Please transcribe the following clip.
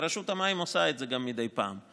ורשות המים גם עושה את זה מדי פעם,